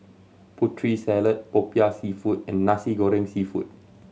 Putri Salad Popiah Seafood and Nasi Goreng Seafood